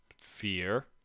fear